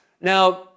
Now